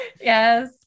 Yes